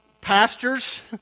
Pastors